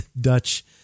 Dutch